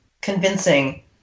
convincing